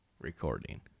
recording